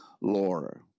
laura